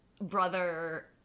brother